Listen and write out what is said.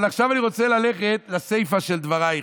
אבל עכשיו אני רוצה ללכת לסיפא של דברייך,